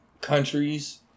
countries